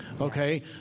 Okay